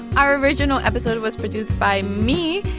our original episode was produced by me.